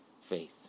faith